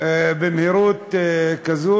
במהירות כזאת.